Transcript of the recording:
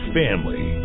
family